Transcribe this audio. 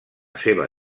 seva